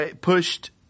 pushed